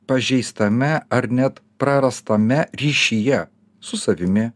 pažįstame ar net prarastame ryšyje su savimi